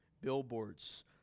billboards